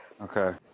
okay